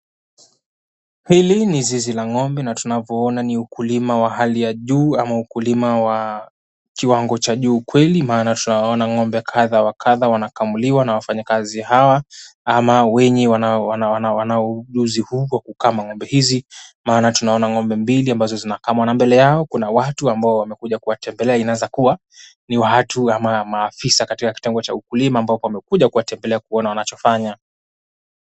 Hili ni zizi la ng'ombe na tunavyoona ni ukulima wa hali ya juu ama ukulima wa kiwango cha juu. Kweli maana tunaona ng'ombe kadha wa kadha wanakamuliwa na wafanyakazi hawa ama wenyewe wanao ujuzi huu kwa kukama ng'ombe hizi. Maana tunaona ng'ombe mbili ambazo zinakamwa na mbele yao kuna watu ambao wamekuja kuwatembelea inaweza kuwa ni watu ama maafisa katika kitengo cha ukulima ambapo wamekuja kuwatembelea kuona wanachofanya.